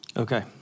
Okay